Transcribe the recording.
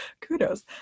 kudos